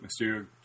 Mysterio